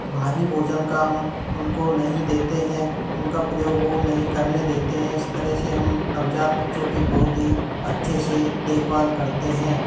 भारी भोजन का हम उनको नहीं देते हैं उनका प्रयोग वो नहीं करने देते हैं इस तरह से हम नवजात बच्चों की बहुत ही अच्छे से देखभाल करते हैं